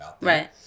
right